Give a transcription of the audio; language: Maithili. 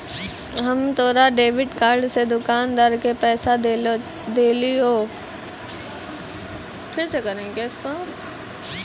हम तोरा डेबिट कार्ड से दुकानदार के पैसा देलिहों